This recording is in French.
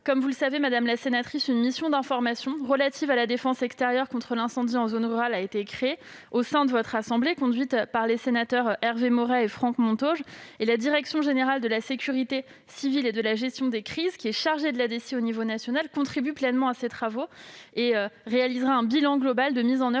Comme vous le savez, une mission d'information relative à la défense extérieure contre l'incendie en zone rurale a été créée au sein de la Haute Assemblée. Elle est conduite par les sénateurs Hervé Maurey et Franck Montaugé. La direction générale de la sécurité civile et de la gestion des crises, chargée de la DECI au niveau national, contribue à ces travaux et réalisera un bilan global de mise en oeuvre